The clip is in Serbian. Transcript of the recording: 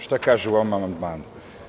Šta se kaže u ovom amandmanu?